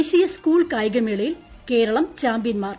ദേശീയ സ്കൂൾ കായികമേളയിൽ കേരളം ചാമ്പ്യൻമാർ